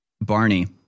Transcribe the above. Barney